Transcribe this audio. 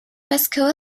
pascoe